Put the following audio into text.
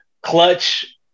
Clutch